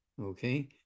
okay